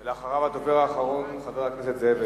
אחריו, הדובר האחרון, חבר הכנסת זאב